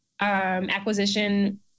acquisition